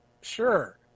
Sure